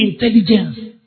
intelligence